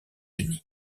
unis